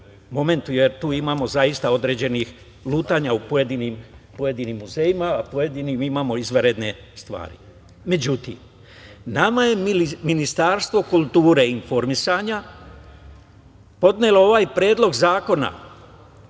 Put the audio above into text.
jer tu imamo zaista određenih lutanja u pojedinim muzejima, dok u pojedinim imamo izvanredne stvari.Međutim, nama je Ministarstvo kulture i informisanja podnelo ovaj Predlog zakona